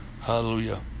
hallelujah